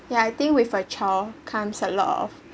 yeah I think with a child comes a lot of